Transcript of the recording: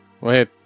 Wait